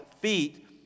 feet